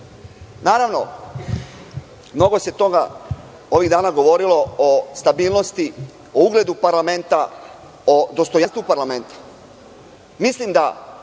zakona. Naravno, mnogo se toga ovih dana govorilo o stabilnosti, o ugledu parlamenta, o dostojanstvu parlamenta. Mislim da